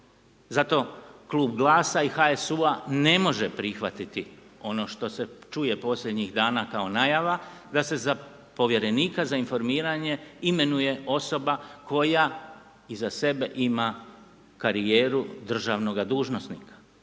Zato klub GLAS-a i HSU-a ne može prihvatiti ono što se čuje posljednjih dana kao najava da se za povjerenika za informiranje imenuje osoba koja iza sebe ima karijeru državnoga dužnosnika.